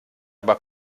aber